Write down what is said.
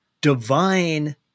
divine